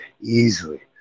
easily